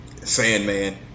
Sandman